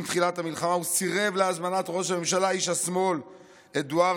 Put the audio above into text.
עם תחילת המלחמה הוא סירב להזמנת ראש הממשלה איש השמאל אדואר